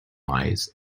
lies